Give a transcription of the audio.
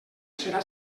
serà